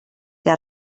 que